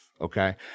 okay